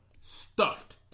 Stuffed